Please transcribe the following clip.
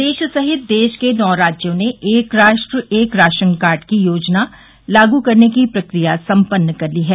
प्रदेश सहित देश के नौ राज्यों ने एक राष्ट्र एक राशन कार्ड की योजना लागू करने की प्रक्रिया सम्पन्न कर ली है